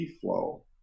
flow